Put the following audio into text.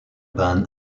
ban